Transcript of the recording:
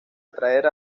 atraer